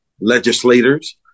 legislators